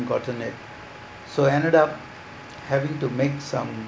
gotten it so ended up having to make some